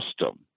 system